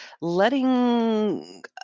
letting